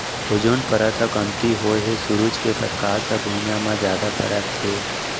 ozone परत ह कमती होए हे सूरज के परकास ह भुइयाँ म जादा परत हे